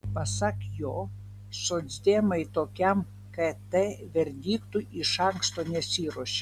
pasak jo socdemai tokiam kt verdiktui iš anksto nesiruošė